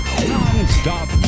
Non-stop